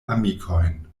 amikojn